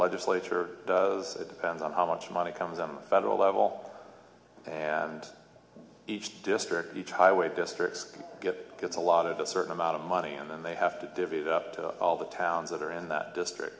legislature does it depends on how much money comes on the federal level and each district each highway districts get gets a lot of a certain amount of money and then they have to divvy it up to all the towns that are in that district